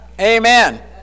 Amen